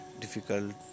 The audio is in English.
difficult